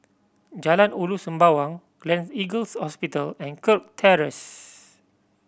Jalan Ulu Sembawang Gleneagles Hospital and Kirk Terrace